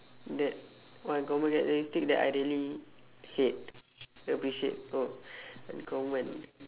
that uncommon characteristic that I really hate appreciate oh uncommon